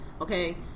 okay